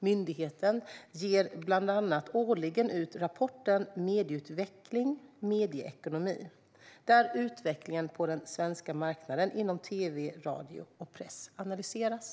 Myndigheten ger bland annat årligen ut rapporten Medie utveckling - Medieekonomi , där utvecklingen på den svenska marknaden inom tv, radio och press analyseras.